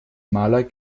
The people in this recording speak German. maler